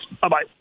bye-bye